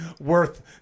worth